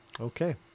Okay